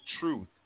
truth